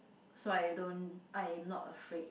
so I don't I am not afraid